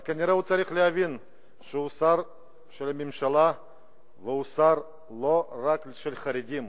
אבל הוא צריך להבין שהוא שר בממשלה והוא שר לא רק של החרדים,